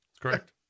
Correct